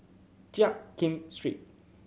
Jiak Kim Street